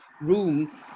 room